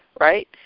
right